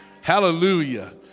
Hallelujah